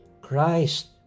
Christ